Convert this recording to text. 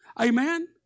Amen